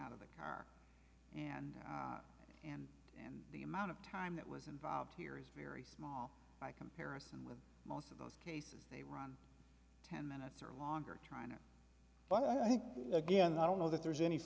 out of the car and and and the amount of time that was involved here is very small by comparison with most of those cases they run ten minutes or longer trying to but i think again i don't know that there's any